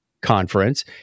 conference